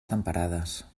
temperades